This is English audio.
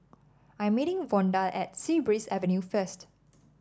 I'm meeting Vonda at Sea Breeze Avenue first